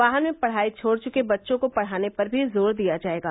वाहन में पढ़ाई छोड़ चुके बच्चों को पढ़ाने पर भी जोर दिया जाएगा